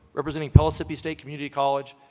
representing pellissippi state community college,